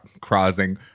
crossing